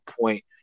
point